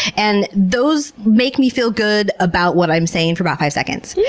and those make me feel good about what i'm saying for about five seconds. yeah